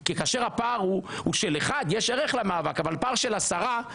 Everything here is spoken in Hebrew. כי כאשר הפער הוא של אחד יש ערך למאבק אבל פער של 10,